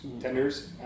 Tenders